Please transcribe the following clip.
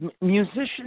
musicians